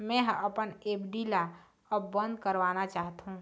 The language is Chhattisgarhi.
मै ह अपन एफ.डी ला अब बंद करवाना चाहथों